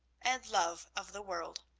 and love of the world.